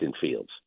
Fields